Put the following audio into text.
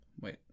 wait